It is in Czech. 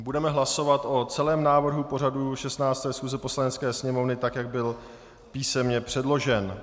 Budeme hlasovat o celém návrhu pořadu 16. schůze Poslanecké sněmovny, tak jak byl písemně předložen.